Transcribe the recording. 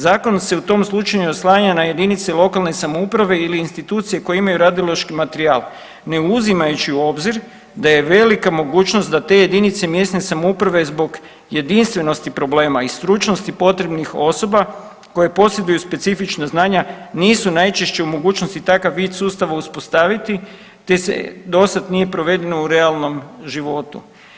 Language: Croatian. Zakon se u tom slučaju oslanja na JLS ili institucije koje imaju radiološki materijal ne uzimajući u obzir da je velika mogućnost da te jedinice mjesne samouprave zbog jedinstvenosti problema i stručnosti potrebnih osoba koje posjeduju specifična znanja nisu najčešće u mogućnosti takav vid sustava uspostaviti, te se do sad nije provedeno u realnom životu.